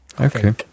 Okay